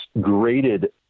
graded